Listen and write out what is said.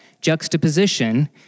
juxtaposition